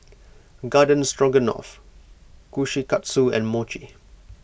Garden Stroganoff Kushikatsu and Mochi